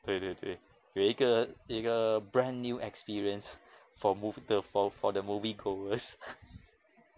对对对有一个一个 brand new experience for mo~ the for for the moviegoers